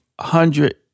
hundred